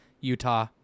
Utah